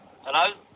Hello